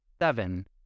seven